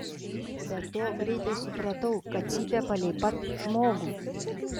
be to greitai supratau kad cypia palei pat žmogų